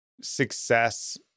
success